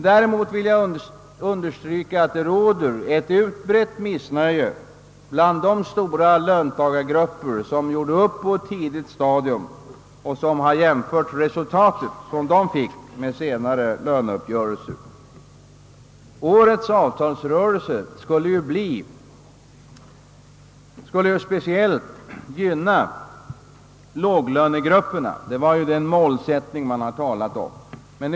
Däremot vill jag understryka att det råder ett utbrett missnöje inom de stora löntagargrupper som på ett tidigt stadium gjorde upp och som har jämfört det uppnådda resultatet med resultaten vid senare löneuppgörelser. Årets avtalsrörelse skulle ju speciellt gynna låglönegrupperna, det var den målsättning man talade om.